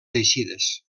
eixides